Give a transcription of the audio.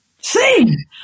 sing